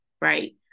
right